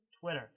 Twitter